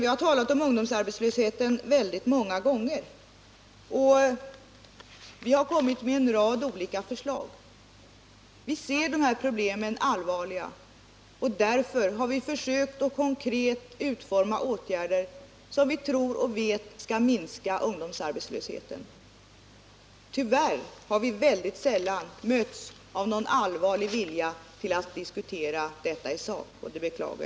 Vi har talat om ungdomsarbetslösheten väldigt många gånger och har kommit med en rad olika förslag. Vi anser att de här problemen är allvarliga, och därför har vi försökt att konkret utforma åtgärder, som vi tror och vet skall minska ungdomsarbetslösheten. Tyvärr har vi mycket sällan mötts av någon allvarlig vilja att diskutera detta i sak, vilket jag djupt beklagar.